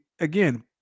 Again